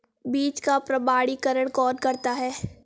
बीज का प्रमाणीकरण कौन करता है?